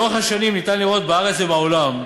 לאורך השנים אפשר לראות, בארץ ובעולם,